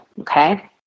okay